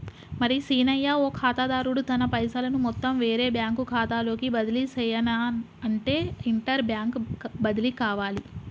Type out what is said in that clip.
మరి సీనయ్య ఓ ఖాతాదారుడు తన పైసలను మొత్తం వేరే బ్యాంకు ఖాతాలోకి బదిలీ సెయ్యనఅంటే ఇంటర్ బ్యాంక్ బదిలి కావాలి